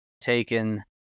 taken